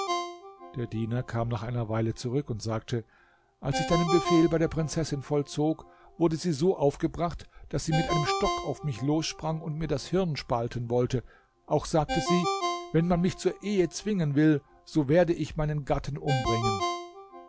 der diener kam nach einer weile zurück und sagte als ich deinen befehl bei der prinzessin vollzog wurde sie so aufgebracht daß sie mit einem stock auf mich lossprang und mir das hirn spalten wollte auch sagte sie wenn man mich zur ehe zwingen will so werde ich meinen gatten umbringen